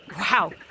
Wow